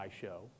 show